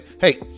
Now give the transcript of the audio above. hey